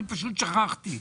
פשוט שכחתי.